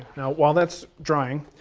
now while that's drying,